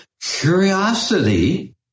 Curiosity